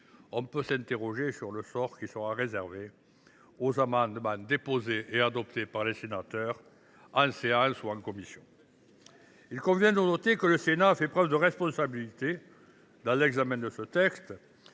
on peut s’interroger sur le sort qui, le cas échéant, serait réservé aux amendements déposés par les sénateurs en séance ou en commission. Il convient de noter que le Sénat a fait preuve de responsabilité dans l’examen de ce texte